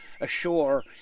ashore